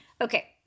Okay